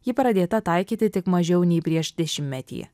ji pradėta taikyti tik mažiau nei prieš dešimtmetį